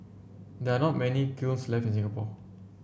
there are not many kilns left in Singapore